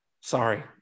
sorry